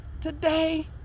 Today